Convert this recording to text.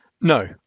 No